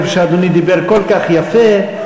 שאדוני דיבר בו כל כך יפה,